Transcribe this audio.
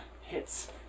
hits